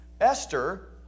Esther